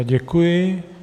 Děkuji.